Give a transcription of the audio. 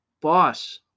boss